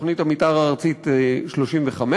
תוכנית המתאר הארצית 35,